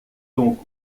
donc